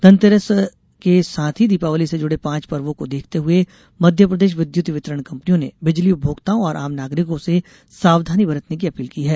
धनतेरस से साथ ही दीपावली से जुड़े पांच पर्वों को देखते हुए मध्यप्रदेश विद्युत वितरण कम्पनियों ने बिजली उपभोक्ताओं और आम नागरिकों से सावधानी बरतने की अपील की है